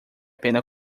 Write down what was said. pena